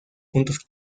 puntos